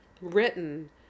written